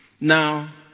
Now